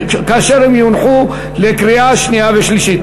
כאשר הן יונחו לקריאה שנייה ושלישית.